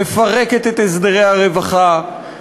מפרקת את הסדרי הרווחה,